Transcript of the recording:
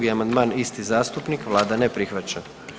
2. amandman, isti zastupnik, Vlada ne prihvaća.